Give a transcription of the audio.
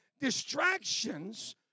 distractions